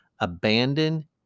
abandon